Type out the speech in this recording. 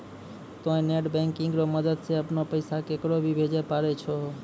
तोंय net banking रो मदद से अपनो पैसा केकरो भी भेजै पारै छहो